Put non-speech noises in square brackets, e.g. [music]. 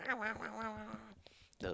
[noise]